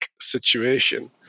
situation